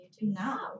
No